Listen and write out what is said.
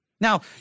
Now